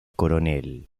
coronel